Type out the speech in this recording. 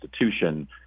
institution